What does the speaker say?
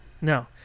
No